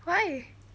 why